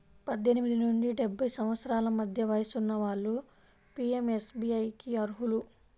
పద్దెనిమిది నుండి డెబ్బై సంవత్సరాల మధ్య వయసున్న వాళ్ళు పీయంఎస్బీఐకి అర్హులు